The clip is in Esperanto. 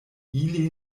ili